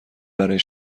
برای